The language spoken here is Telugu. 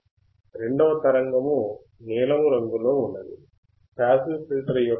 రెండవ తరంగము నీలము రంగులో ఉన్నది పాసివ్ ఫిల్టర్ యొక్క అవుట్ పుట్